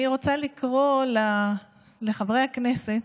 אני רוצה לקרוא לחברי הכנסת: